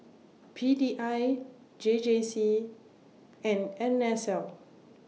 P D I J J C and N S L